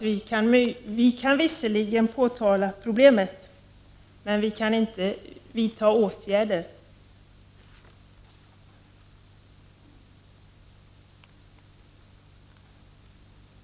Vi kan visserligen påtala problemet, men vi kan inte vidta åtgärder.